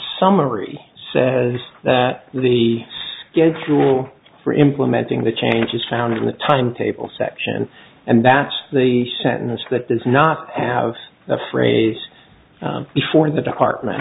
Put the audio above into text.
summary says that the schedule for implementing the change is found in the timetable section and that's the sentence that does not have the phrase before the department